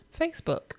Facebook